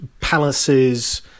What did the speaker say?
palaces